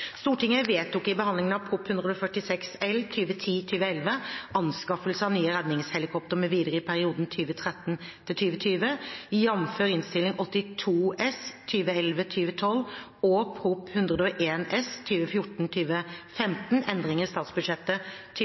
Stortinget vedtok i behandlingen av Prop. 146 S for 2010–2011, Anskaffelse av nye redningshelikoptre mv. i perioden 2013–2020, jf. Innst. 82 S for 2011–2012 og Prop. 101 S for 2014–2015, Endringer i statsbudsjettet